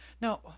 no